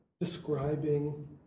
describing